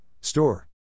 Store